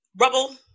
Rubble